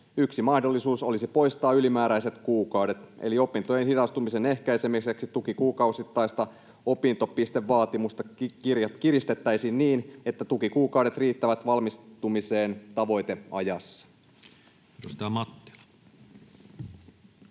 Yksi mahdollisuus olisi poistaa ylimääräiset kuukaudet, eli opintojen hidastumisen ehkäisemiseksi tukikuukausittaista opintopistevaatimusta kiristettäisiin niin, että tukikuukaudet riittävät valmistumiseen tavoiteajassa.